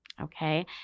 Okay